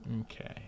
Okay